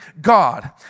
God